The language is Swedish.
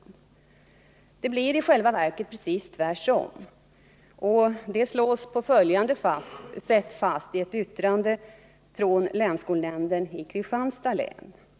Det blir i själva verket tvärtom, vilket på följande sätt slås fast i ett yttrande från länsskolnämnden i Kristianstads län.